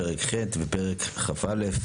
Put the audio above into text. פרק ח' ופרק כ"א.